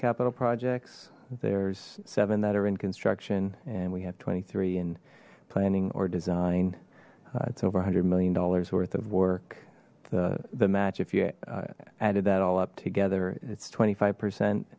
capital projects there's seven that are in construction and we have twenty three in planning or design it's over a hundred million dollars worth of work the the match if you added that all up together its twenty five percent